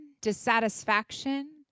dissatisfaction